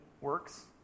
works